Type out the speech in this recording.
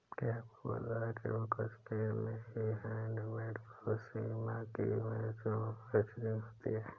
क्या आपको पता है केवल कश्मीर में ही हैंडमेड पश्मीना की मैन्युफैक्चरिंग होती है